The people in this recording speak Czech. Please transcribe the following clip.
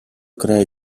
kraje